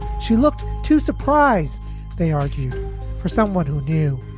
she looked too surprised they argued for someone who knew